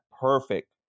perfect